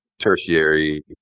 tertiary